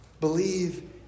Believe